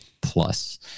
plus